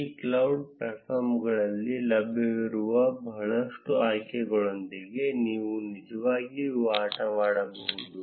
ಈ ಕ್ಲೌಡ್ ಪ್ಲಾಟ್ಫಾರ್ಮ್ಗಳಲ್ಲಿ ಲಭ್ಯವಿರುವ ಬಹಳಷ್ಟು ಆಯ್ಕೆಗಳೊಂದಿಗೆ ನೀವು ನಿಜವಾಗಿಯೂ ಆಟವಾಡಬಹುದು